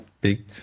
big